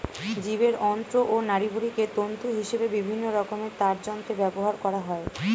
জীবের অন্ত্র ও নাড়িভুঁড়িকে তন্তু হিসেবে বিভিন্ন রকমের তারযন্ত্রে ব্যবহার করা হয়